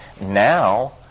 Now